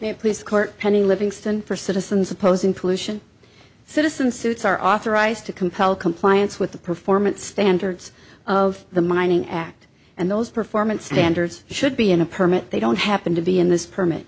police court pending livingston for citizens opposing pollution citizen suits are authorized to compel compliance with the performance standards of the mining act and those performance standards should be in a permit they don't happen to be in this permit